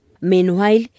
meanwhile